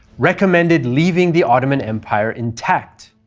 recommended leaving the ottoman empire intact